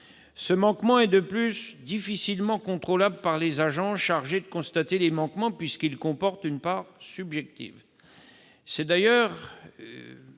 Ce manquement est difficilement contrôlable par les agents chargés de constater les manquements, puisqu'il comporte une part subjective.